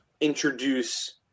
introduce